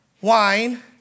wine